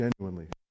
genuinely